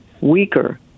weaker